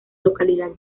localidad